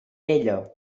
ella